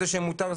זה שזה מותר,